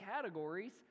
categories